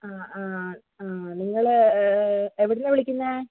ആ ആ ആ നിങ്ങൾ എവിടുന്നാണ് വിളിക്കുന്നത്